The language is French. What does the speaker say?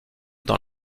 dans